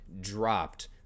dropped